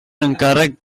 encàrrec